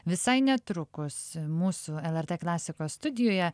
visai netrukus mūsų lrt klasikos studijoje